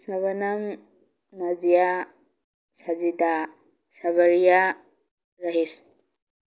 ꯁꯣꯕꯅꯝ ꯅꯣꯖꯤꯌꯥ ꯁꯖꯤꯇꯥ ꯁꯕꯔꯤꯌꯥ ꯔꯤꯁ